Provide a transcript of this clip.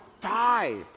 five